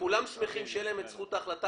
שכולם שמחים שתהיה להם את זכות ההחלטה